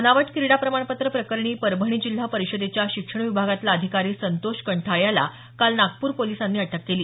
बनावट क्रीडा प्रमाणपत्र प्रकरणी परभणी जिल्हा परिषदेच्या शिक्षण विभागातला अधिकारी संतोष कंठाळे याला काल नागपूर पोलिसांनी अटक केली